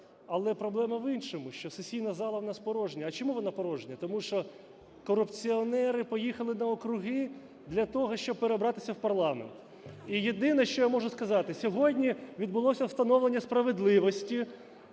Але проблема в іншому, що сесійна зала в нас порожня. А чому вона порожня? Тому що корупціонери поїхали на округи для того, щоб переобратися в парламент. І єдине, що я можу сказати, сьогодні відбулося встановлення справедливості: